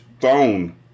phone